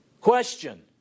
Question